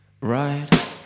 right